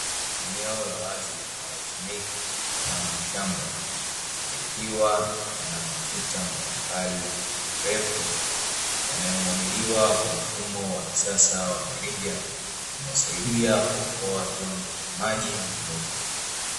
Eneo la wazi linalotumika kama shamba, likiwa na matuta mbalimbali marefu yanayomwagiliwa kwa mfumo wa kisasa wa mirija, unaosaidia kuokoa kiwango cha maji na muda.